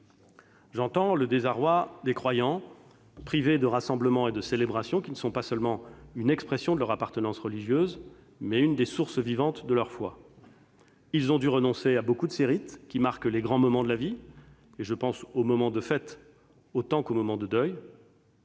J'entends le désarroi des croyants, privés de rassemblements et de célébrations, qui ne sont pas seulement une expression de leur appartenance religieuse, mais sont aussi l'une des sources vivantes de leur foi. Ils ont dû renoncer à beaucoup de ces rites qui marquent les grands moments de la vie. Je pense aux moments de fête autant qu'aux moments de deuil.